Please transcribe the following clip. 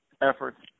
efforts